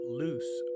loose